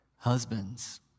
Husbands